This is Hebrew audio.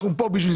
אנחנו פה בשביל